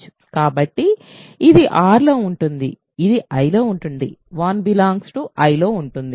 కాబట్టి ఇది R లో ఉంటుంది ఇది I లో ఉంది 1 Iలో ఉంది